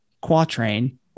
quatrain